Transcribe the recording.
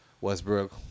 Westbrook